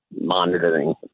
monitoring